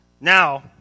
Now